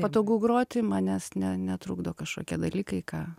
patogu groti manęs ne netrukdo kažkokie dalykai ką